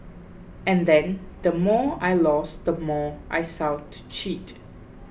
and then the more I lost the more I sought to cheat